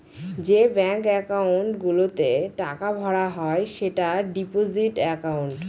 যে bank account গুলোতে টাকা ভরা হয় সেটা ডিপোজিট একাউন্ট